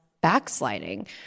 backsliding